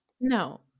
No